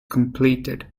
completed